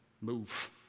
move